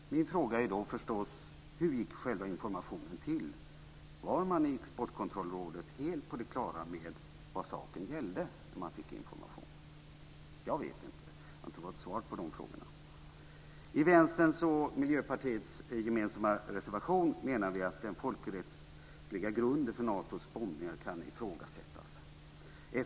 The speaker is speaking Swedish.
Min fråga är förstås: Hur gick själva informationen till? Var man i Exportkontrollrådet helt på det klara med vad saken gällde när man fick information? Jag vet inte det. Jag har inte fått svar på de frågorna. I Vänsterns och Miljöpartiets gemensamma reservation menar vi att den folkrättsliga grunden för Natos bombningar kan ifrågasättas.